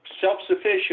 self-sufficient